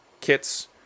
kits